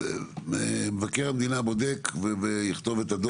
מבקר המדינה בודק ויכתוב את הדוח.